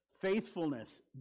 faithfulness